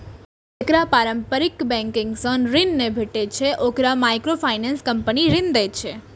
जेकरा पारंपरिक बैंकिंग सं ऋण नहि भेटै छै, ओकरा माइक्रोफाइनेंस कंपनी ऋण दै छै